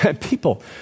people